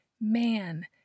man